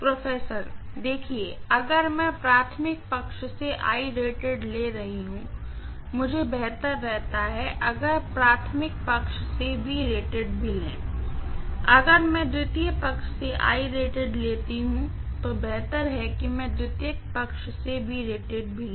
professor देखिए अगर मैं प्राइमरी साइड से ले रही हूं मुझे बेहतर रहता अगर प्राइमरी साइड से भी ले अगर मैं सेकेंडरी साइड से लेती हूँ तो बेहतर है कि मैं सेकेंडरी साइड से भी लूँ